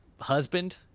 husband